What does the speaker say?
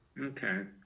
okay,